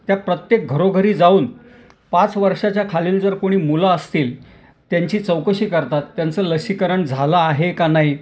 त्या प्रत्येक घरोघरी जाऊन पाच वर्षाच्या खालील जर कोणी मुलं असतील त्यांची चौकशी करतात त्यांचं लसीकरण झालं आहे का नाही